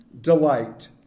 delight